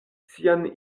sian